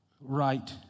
right